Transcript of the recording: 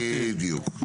בדיוק.